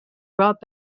brought